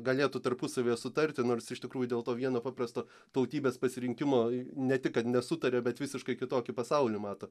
galėtų tarpusavyje sutarti nors iš tikrųjų dėl to vieno paprasto tautybės pasirinkimo ne tik kad nesutaria bet visiškai kitokį pasaulį mato